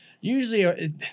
usually